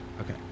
Okay